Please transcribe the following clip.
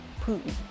Putin